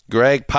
Greg